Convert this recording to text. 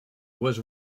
was